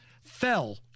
fell